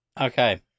okay